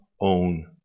own